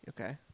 Okay